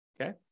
Okay